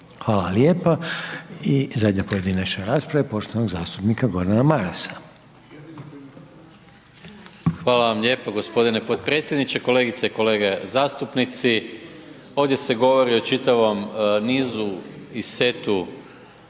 Hvala lijepa. I zadnja pojedinačna rasprava poštovanog zastupnika Gordana Marasa. **Maras, Gordan (SDP)** Hvala vam lijepo g. potpredsjedniče. Kolegice i kolege zastupnici, ovdje se govori o čitavom nizu i setu